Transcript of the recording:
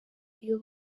iyo